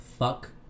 Fuck